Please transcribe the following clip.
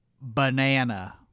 banana